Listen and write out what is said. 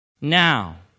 Now